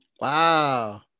Wow